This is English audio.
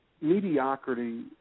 mediocrity